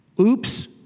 Oops